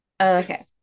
Okay